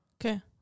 okay